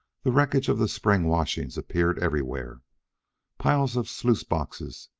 the wreckage of the spring washing appeared everywhere piles of sluice-boxes,